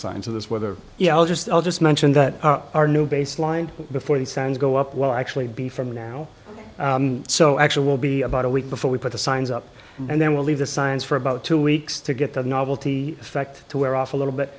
signs of this whether yeah i'll just i'll just mention that our new baseline before the signs go up will actually be from now so actual will be about a week before we put the signs up and then we'll leave the science for about two weeks to get the novelty effect to wear off a little bit